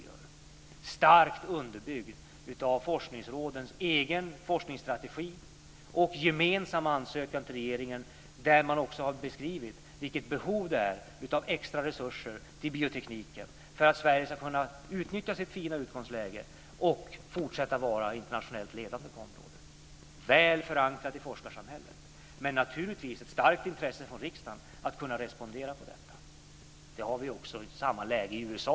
Den är starkt underbyggd av forskningsrådens egna forskningsstrategi och gemensamma ansökan till regeringen. Där har man också beskrivit vilket behov som finns av extra resurser till biotekniken för att Sverige ska kunna utnyttja sitt fina utgångsläge och fortsätta att vara internationellt ledande på området. Detta är väl förankrat i forskarsamhället. Det finns naturligtvis ett starkt intresse från riksdagen att kunna respondera på detta. Det är samma läge i USA.